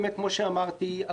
כמו שאמרתי,